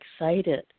excited